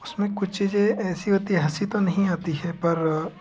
उसमें कुछ चीज़ें ऐसी होती हैं हँसी तो नहीं होती है पर